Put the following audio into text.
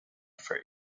for